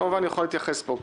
כמובן הוא יכול להתייחס פה.